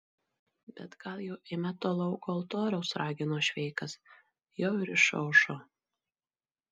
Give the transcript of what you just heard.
bet gal jau eime to lauko altoriaus ragino šveikas jau ir išaušo